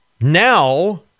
now